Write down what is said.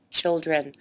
children